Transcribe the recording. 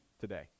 today